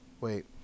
Wait